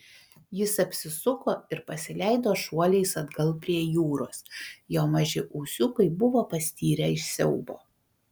jis apsisuko ir pasileido šuoliais atgal prie jūros jo maži ūsiukai buvo pastirę iš siaubo